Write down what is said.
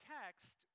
text